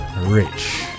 Rich